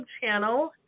channel